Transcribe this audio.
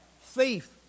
thief